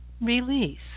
release